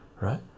right